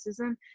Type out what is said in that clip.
racism